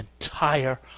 entire